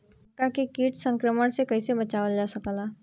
मक्का के कीट संक्रमण से कइसे बचावल जा?